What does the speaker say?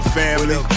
family